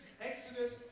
Exodus